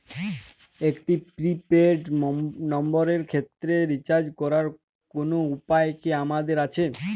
একটি prepaid নম্বরের ক্ষেত্রে রিচার্জ করার কোনো উপায় কি আমাদের আছে?